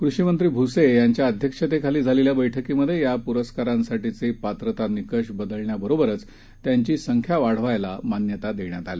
कृषिमंत्री भूसे यांच्या अध्यक्षतेखाली झालेल्या बैठकीत या प्रस्कारांसाठीचे पात्रता निकष बदलण्याबरोबरच त्यांची संख्या वाढवायला मान्यता देण्यात आली